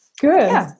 Good